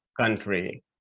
country